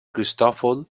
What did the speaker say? cristòfol